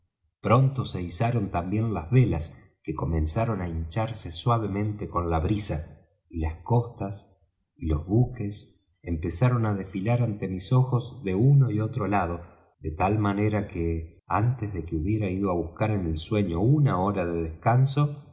pronto se izaron también las velas que comenzaron á hincharse suavemente con la brisa y las costas y los buques empezaron á desfilar ante mis ojos de uno y otro lado de tal manera que antes de que hubiera ido á buscar en el sueño una hora de descanso